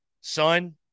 son